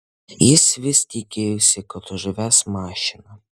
jis vis tikėjosi kad užves mašiną